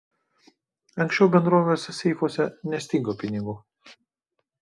anksčiau bendrovės seifuose nestigo pinigų